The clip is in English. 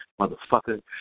Motherfucker